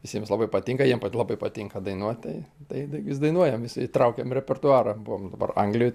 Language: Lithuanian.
visiems labai patinka jiem labai patinka dainuoti tai tai vis dainuojam vis įtraukiam į repertuarą buvom dabar anglijoj